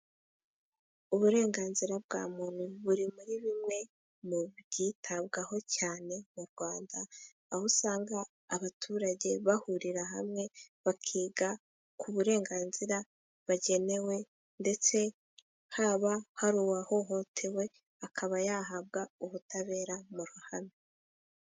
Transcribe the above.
Uburenganzira bwa muntu buri muri bimwe mu byitabwaho cyane mu Rwanda, aho usanga abaturage bahurira hamwe bakiga ku burenganzira bagenewe, ndetse haba hari uwahohotewe akaba yahabwa ubutabera mu ruhame.